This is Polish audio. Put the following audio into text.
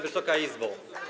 Wysoka Izbo!